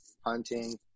hunting